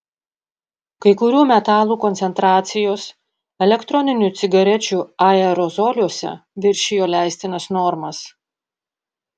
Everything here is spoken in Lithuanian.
kai kurių metalų koncentracijos elektroninių cigarečių aerozoliuose viršijo leistinas normas